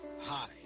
Hi